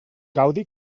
gaudi